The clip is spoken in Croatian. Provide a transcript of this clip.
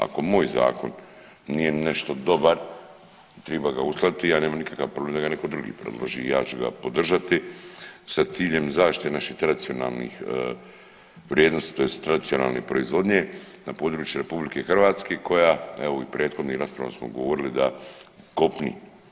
Ako moj zakon nije nešto dobar triba ga uskladiti i ja nemam nikakav problem da ga netko drugi predloži i ja ću ga podržati sa ciljem zaštite naših tradicionalnih vrijednosti tj. tradicionalne proizvodnje na području RH koja evo i u prethodnim raspravama smo govorili da kopni.